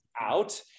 out